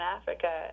Africa